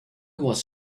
was